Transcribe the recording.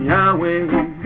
Yahweh